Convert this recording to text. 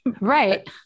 Right